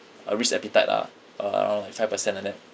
a risk appetite lah uh around like five percent like that